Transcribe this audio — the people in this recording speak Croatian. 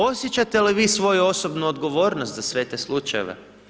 Osjećate li vi svoju osobnu odgovornost za sve te slučajeve?